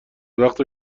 وقت